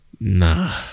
Nah